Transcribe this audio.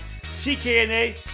CKNA